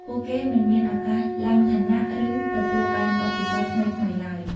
ពួកគេមិនមានឱកាសឡើងឋានៈ ឬទទួលបានបទពិសោធន៍ថ្មីៗឡើយ។